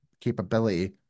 capability